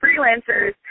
freelancers